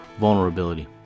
vulnerability